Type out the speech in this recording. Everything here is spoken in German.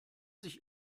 sich